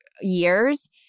years